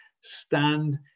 stand